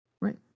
Right